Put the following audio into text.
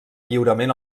lliurament